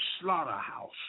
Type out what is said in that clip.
slaughterhouse